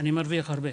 אני מרוויח הרבה.